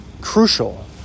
crucial